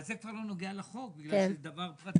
אבל זה כבר לא נוגע לחוק, בגלל שזהו דבר פרטי: